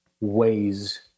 ways